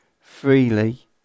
freely